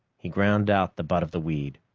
he ground out the butt of the weed.